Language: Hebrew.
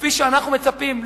כפי שאנחנו מצפים,